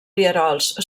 rierols